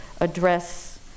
address